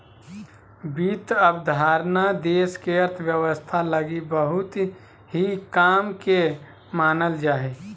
वित्त अवधारणा देश के अर्थव्यवस्था लगी बहुत ही काम के मानल जा हय